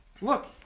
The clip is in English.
look